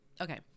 Okay